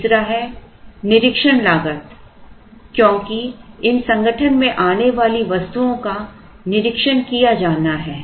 तीसरा है निरीक्षण लागत हो सकती है क्योंकि इन संगठन में आने वाली वस्तुओं का निरीक्षण किया जाना है